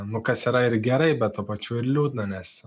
nu kas yra ir gerai bet tuo pačiu ir liūdna nes